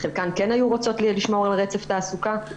חלקן כן היו רוצות לשמור על רצף תעסוקה,